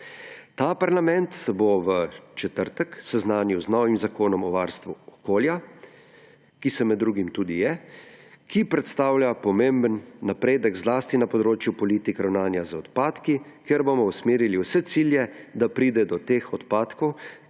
Ta parlament se bo v četrtek seznanil z novim Zakonom o varstvu okolja, ki se ‒ med drugim ‒ tudi je, ki predstavlja pomemben napredek, zlasti na področju politik ravnanja z odpadki, kjer bomo usmerili vse cilje, da pride do teh odpadkov,